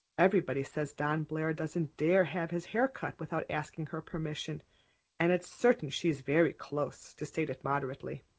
everybody says dan blair doesn't dare have his hair cut without asking her permission and it's certain she's very close, to state it moderately.